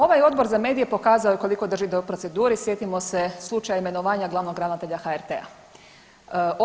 Ovaj Odbor za medije pokazao je koliko drži do procedure i sjetimo se slučaja imenovanja glavnog ravnatelja HRT-a.